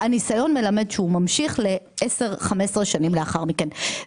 הניסיון מלמד שהוא ממשיך לעשר ו-15 שנים לאחר מכן.